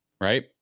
Right